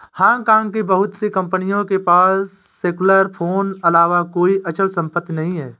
Hong Kong की बहुत सी कंपनियों के पास सेल्युलर फोन अलावा कोई अचल संपत्ति नहीं है